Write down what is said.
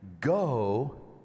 Go